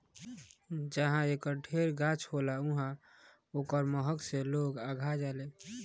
जहाँ एकर ढेर गाछ होला उहाँ ओकरा महक से लोग अघा जालें